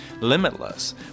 limitless